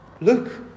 look